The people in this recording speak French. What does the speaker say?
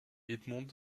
edmond